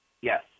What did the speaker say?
yes